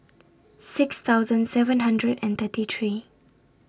six thousand seven hundred and thirty three